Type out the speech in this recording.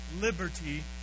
liberty